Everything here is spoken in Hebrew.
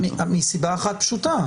מסיבה אחת פשוטה,